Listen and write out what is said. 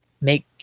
make